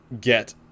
get